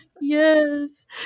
Yes